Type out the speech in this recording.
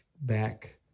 back